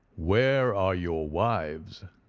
where are your wives?